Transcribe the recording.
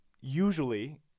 usually